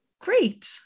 great